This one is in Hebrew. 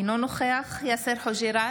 אינו נוכח יאסר חוג'יראת,